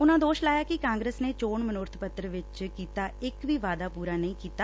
ਉਨੂਾ ਦੋਸ਼ ਲਾਇਆ ਕਿ ਕਾਗਰਸ ਨੇ ਚੋਣ ਮਨੋਰਥ ਪੱਤਰ ਵਿਚ ਕੀਤਾ ਇਕ ਵੀ ਵਾਅਦਾ ਪੁਰਾ ਨਹੀ ਕੀਤਾ